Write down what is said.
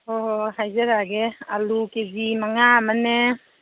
ꯍꯣꯏ ꯍꯣꯏ ꯍꯣꯏ ꯍꯥꯏꯖꯔꯛꯑꯒꯦ ꯑꯥꯂꯨ ꯀꯦ ꯖꯤ ꯃꯉꯥ ꯑꯃꯅꯦ